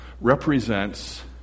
represents